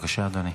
אדוני.